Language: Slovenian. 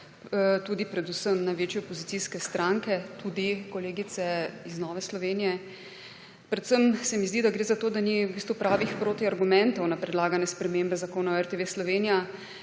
predvsem največje opozicijske stranke in tudi kolegice iz Nove Slovenije. Predvsem se mi zdi, da gre za to, da ni v bistvu pravih protiargumentov na predlagane spremembe Zakona o RTV Slovenija